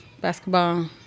basketball